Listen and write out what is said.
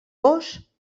gos